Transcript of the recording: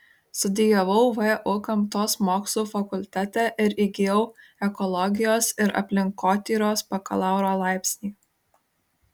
studijavau vu gamtos mokslų fakultete ir įgijau ekologijos ir aplinkotyros bakalauro laipsnį